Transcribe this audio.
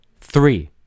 three